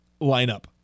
lineup